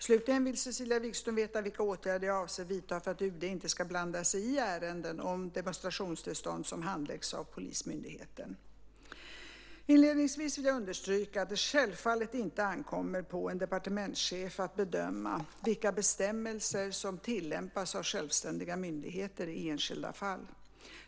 Slutligen vill Cecilia Wigström veta vilka åtgärder jag avser att vidta för att UD inte ska blanda sig i ärenden om demonstrationstillstånd som handläggs av polismyndigheten. Inledningsvis vill jag understryka att det självfallet inte ankommer på en departementschef att bedöma vilka bestämmelser som tillämpas av självständiga myndigheter i enskilda fall.